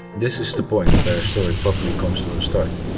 this is the point where her story properly comes to a start.